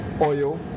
oil